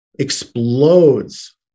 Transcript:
Explodes